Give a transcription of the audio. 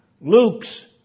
Luke's